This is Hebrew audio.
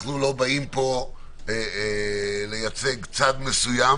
אנחנו לא באים פה לייצג צד מסוים